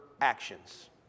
actions